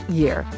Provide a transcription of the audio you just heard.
year